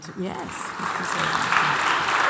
yes